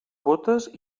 bótes